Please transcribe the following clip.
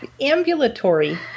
Ambulatory